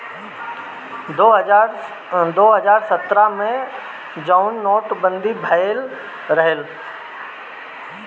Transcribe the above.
दो हज़ार सत्रह मे जउन नोट बंदी भएल रहे